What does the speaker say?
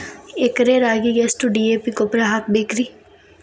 ಎಕರೆ ರಾಗಿಗೆ ಎಷ್ಟು ಡಿ.ಎ.ಪಿ ಗೊಬ್ರಾ ಹಾಕಬೇಕ್ರಿ?